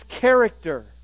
character